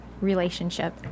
relationship